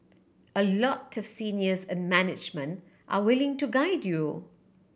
a lot of seniors and management are willing to guide you